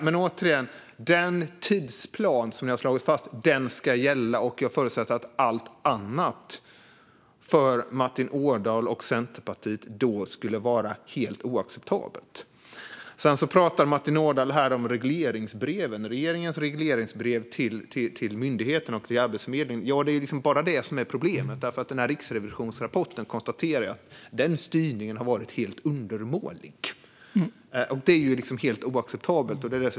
Men återigen: Den tidsplan som ni har slagit fast ska gälla. Jag förutsätter att allt annat skulle vara helt oacceptabelt för Martin Ådahl och Centerpartiet. Martin Ådahl pratar om regeringens regleringsbrev till Arbetsförmedlingen. Ja, det är liksom bara det som är problemet. I Riksrevisionens rapport konstaterar man att den styrningen har varit helt undermålig. Det är oacceptabelt.